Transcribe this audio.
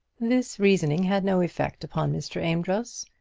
this reasoning had no effect upon mr. amedroz,